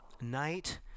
night